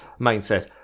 mindset